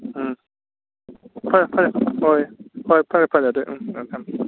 ꯎꯝ ꯐꯔꯦ ꯐꯔꯦ ꯍꯣꯏ ꯍꯣꯏ ꯐꯔꯦ ꯐꯔꯦ ꯑꯗꯨꯗꯤ ꯎꯝ ꯊꯝꯃꯦ ꯊꯝꯃꯦ